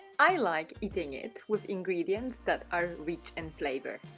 i like eating it with ingredients that are rich in flavour.